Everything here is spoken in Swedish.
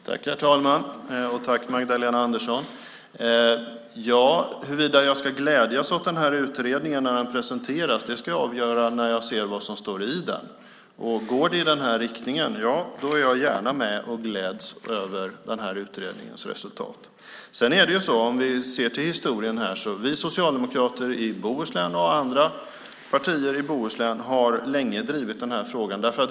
Herr talman! Tack, Magdalena Andersson! Huruvida jag ska glädjas åt utredningen när den presenteras ska jag avgöra när jag ser vad som står i den. Om det går i den riktningen är jag gärna med och gläds över utredningens resultat. Vi socialdemokrater i Bohuslän och andra partier i Bohuslän har länge drivit frågan.